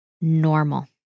normal